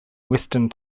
western